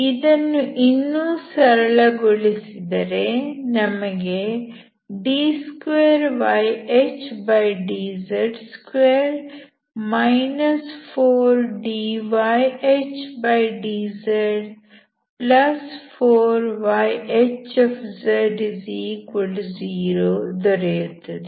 ಇದನ್ನು ಇನ್ನೂ ಸರಳಗೊಳಿಸಿದರೆ ನಮಗೆ d2yHdz2 4dyHdz4yH0 ದೊರೆಯುತ್ತದೆ